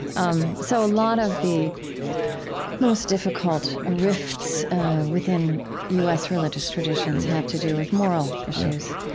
um so a lot of the most difficult ah rifts within u s. religious traditions have to do with moral issues.